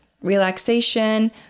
relaxation